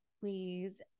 please